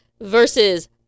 versus